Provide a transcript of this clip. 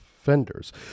offenders